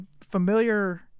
familiar